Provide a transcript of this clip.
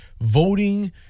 Voting